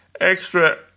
extra